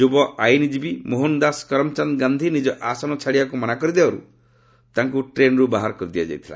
ଯୁବ ଆଇନ୍କୀବୀ ମୋହନଦାଶ କରମଚାନ୍ଦ ଗାନ୍ଧି ନିଜ ଆସନ ଛାଡ଼ିବାକୁ ମନା କରି ଦେବାରୁ ତାଙ୍କୁ ଟ୍ରେନ୍ରୁ ବାହାର କରାଯାଇଥିଲା